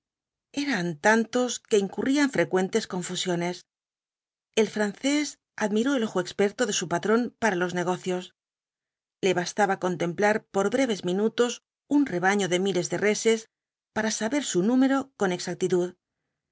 eran tantos que incnrría en frecuentes confusiones el francés admiró el ojo experto de su patrón para los negocios le bastaba contemplar por breves minutos un rebaño de miles de reses para saber su número con exactitud